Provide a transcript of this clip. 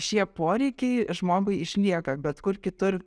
šie poreikiai žmogui išlieka bet kur kitur